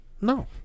no